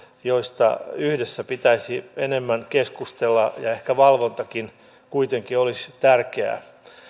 joista yhdessä pitäisi enemmän keskustella ja ehkä valvontakin kuitenkin olisi tärkeää